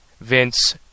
Vince